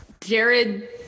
Jared